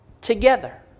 together